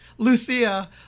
Lucia